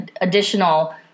additional